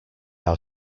our